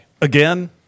Again